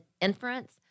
inference